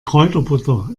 kräuterbutter